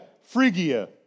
Phrygia